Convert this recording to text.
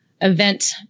event